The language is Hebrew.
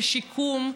ושיקום,